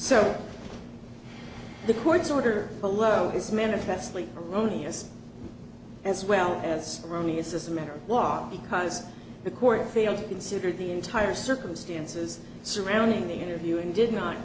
so the court's order below is manifestly erroneous as well as erroneous as a matter of law because the court failed to consider the entire circumstances surrounding the interview and did not